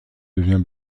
devient